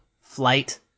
Flight